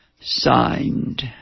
Signed